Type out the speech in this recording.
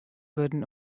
wurden